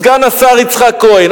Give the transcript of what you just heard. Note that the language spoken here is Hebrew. סגן השר יצחק כהן,